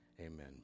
amen